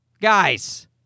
Guys